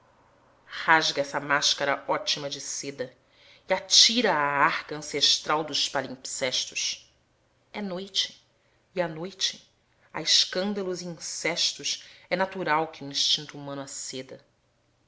rasga essa máscara ótima de seda e atira a à arca ancestral dos palimpsestos é noite e à noite a escândalos e incestos é natural que o instinto humano aceda